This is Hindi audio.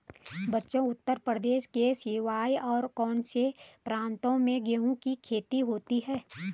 बच्चों उत्तर प्रदेश के सिवा और कौन से प्रांतों में गेहूं की खेती होती है?